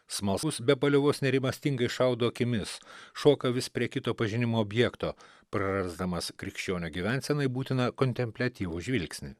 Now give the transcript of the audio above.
smalsūs be paliovos nerimastingai šaudo akimis šoka vis prie kito pažinimo objekto prarasdamas krikščionio gyvensenai būtiną kontempliatyvų žvilgsnį